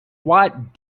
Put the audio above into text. watt